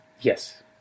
Yes